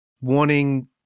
wanting